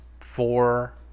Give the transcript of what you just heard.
four